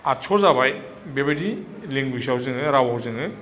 आतस' जाबाय बेबायदि लेंगुवेजआव जोङो राव जोङो